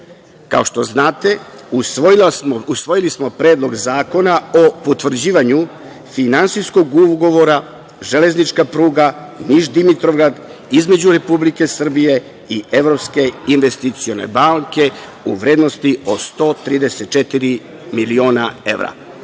Kao što znate, usvojili smo Predlog zakona o potvrđivanju finansijskog ugovora železnička pruga Niš-Dimitrovgrad između Republike Srbije i Evropske investicione banke u vrednosti od 134 miliona